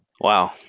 Wow